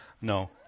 No